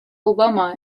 obama